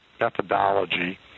methodology